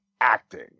acting